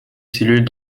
cellules